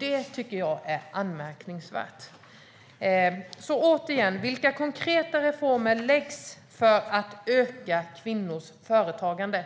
Det tycker jag är anmärkningsvärt. Återigen: Vilka konkreta reformer läggs fram för att öka kvinnors företagande?